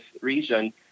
region